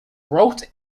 rote